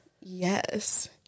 Yes